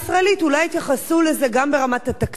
אולי יתייחסו לזה גם ברמת התקציב והמדיניות.